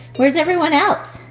where's everyone else?